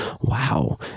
wow